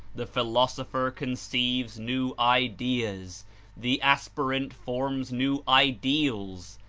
the philosopher conceives new ideas the aspirant forms new ideals.